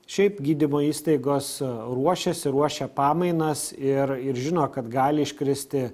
šiaip gydymo įstaigos ruošiasi ruošia pamainas ir ir žino kad gali iškristi